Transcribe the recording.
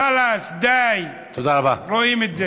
חלאס, די, רואים את זה.